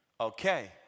Okay